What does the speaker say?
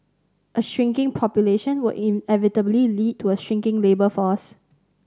a shrinking population will inevitably lead to a shrinking labour force